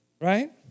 right